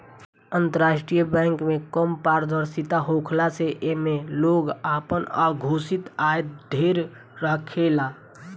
अंतरराष्ट्रीय बैंक में कम पारदर्शिता होखला से एमे लोग आपन अघोषित आय ढेर रखेला